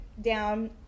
down